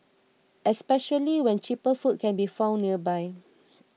especially when cheaper food can be found nearby